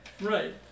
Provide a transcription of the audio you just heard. Right